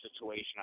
situation